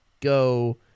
go